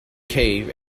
cave